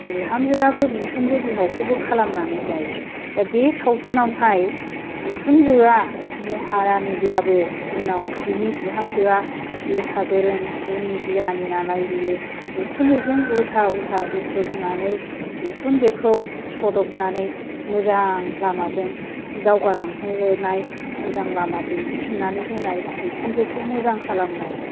बिहामजोआबो बिखुनजो बिहावखौबो खालामनानै जायो दा बे सावथुनावहाय बिखुनजोआ महारानिब्लाबो उनाव बिनि बिहामजोआ लेखा गोरों गुनि गियानि नालाय बियो बिखुनजोजों उल्था उल्था उत्तर होनानै बिखुनजोखौ सदबनानै मोजां लामाजों दावगालांहोनाय मोजां लामा दिन्थिफिननानै होनाय बिखुनजोखौ मोजां खालामनाय